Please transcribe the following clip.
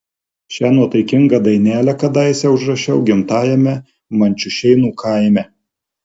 šią nuotaikingą dainelę kadaise užrašiau gimtajame mančiušėnų kaime